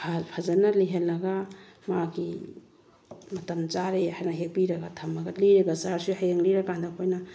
ꯐꯖꯅ ꯂꯤꯍꯜꯂꯒ ꯃꯥꯒꯤ ꯃꯇꯝ ꯆꯥꯔꯦ ꯍꯥꯏꯅ ꯍꯦꯛꯄꯤꯔꯒ ꯊꯝꯃꯒ ꯂꯤꯔꯒ ꯆꯥꯔꯁꯨ ꯍꯌꯦꯡ ꯂꯤꯔꯀꯥꯟꯗ ꯑꯩꯈꯣꯏꯅ